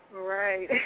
Right